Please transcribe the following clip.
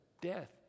death